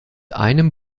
einem